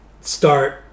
start